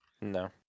no